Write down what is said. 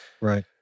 Right